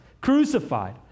crucified